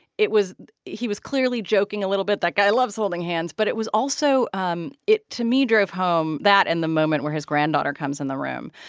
it was he was clearly joking a little bit that guy loves holding hands. but it was also also um it, to me, drove home that and the moment where his granddaughter comes in the room.